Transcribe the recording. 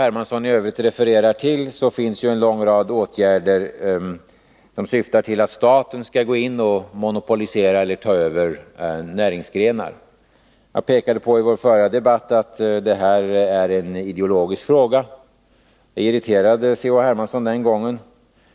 Hermansson i övrigt refererar till finns en lång rad åtgärder, som syftar till att staten skall gå in och monopolisera eller ta över näringsgrenar. Jag pekade i vår förra debatt på att det här är en ideologisk fråga. Det irriterade C.-H. Hermansson den gången.